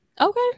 okay